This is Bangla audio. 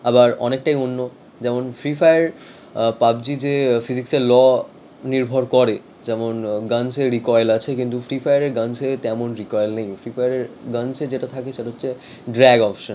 আবার অনেকটাই অন্য যেমন ফ্রি ফায়ার পাবজি যে ফিজিক্সের ল নির্ভর করে যেমন গান্সের রিকয়েল আছে কিন্তু ফ্রি ফায়ারে গানশেলে তেমন রিকয়েল নেই ফ্রি ফায়ারের গান্সে যেটা থাকে সেটা হচ্ছে ড্র্যাগ অপশান